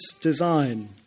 design